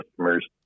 customers